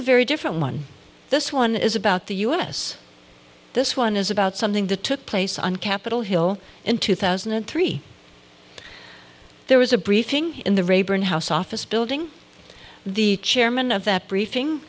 a very different one this one is about the u s this one is about something that took place on capitol hill in two thousand and three there was a briefing in the rayburn house office building the chairman of that briefing